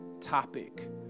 topic